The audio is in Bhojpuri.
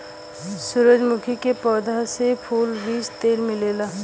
सूरजमुखी के पौधा से फूल, बीज तेल मिलेला